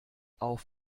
auf